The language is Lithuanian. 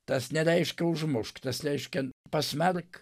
tas nereiškia užmušk reiškia pasmerk